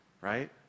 right